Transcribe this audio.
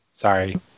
Sorry